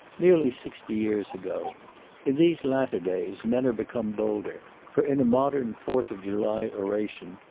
nearly sixty years ago in these latter days men are become bolder, for in a modern fourth of july oration,